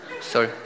Sorry